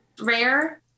rare